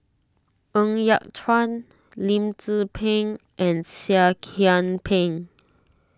Ng Yat Chuan Lim Tze Peng and Seah Kian Peng